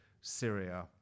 Syria